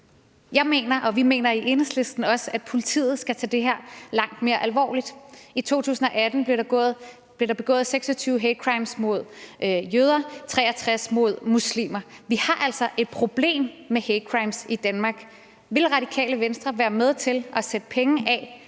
Jeg mener, og vi mener i Enhedslisten også, at politiet skal tage det her langt mere alvorligt. I 2018 blev der begået 26 hate crimes mod jøder, 63 imod muslimer. Vi har altså et problem med hate crimes i Danmark. Vil Radikale Venstre være med til at sætte penge af